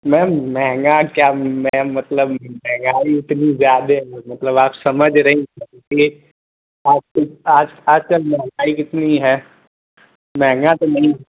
ma'am महँगा क्या ma'am मतलब महँगाई उतनी ज़्यादा मतलब आप समझ रही इसलिए आजकल आज आजकल महँगाई इतनी है महँगा तो नहीं है